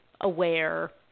aware